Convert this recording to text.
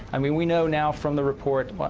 i mean we know now from the report, but